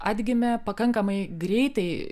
atgimė pakankamai greitai